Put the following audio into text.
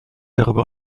darüber